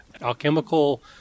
alchemical